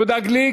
יהודה גליק,